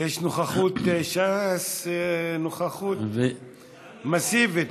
יש נוכחות ש"ס, נוכחות מסיבית.